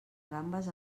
gambes